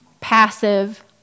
passive